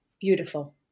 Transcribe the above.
Beautiful